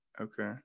okay